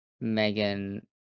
megan